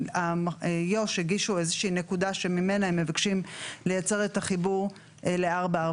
יו"ש הגישו איזו שהיא נקודה שממנה הם מבקשים לייצר את החיבור ל-443.